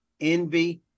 envy